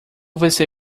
você